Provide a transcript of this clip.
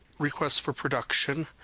requests for production,